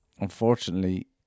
unfortunately